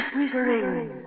Whispering